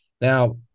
Now